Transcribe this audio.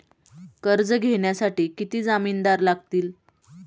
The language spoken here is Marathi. कर्ज घेण्यासाठी किती जामिनदार लागतील?